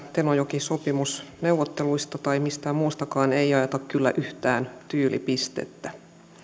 tenojoki sopimusneuvotteluista tai mistään muustakaan ei jaeta kyllä yhtään tyylipistettä